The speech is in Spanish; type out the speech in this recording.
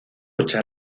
mujer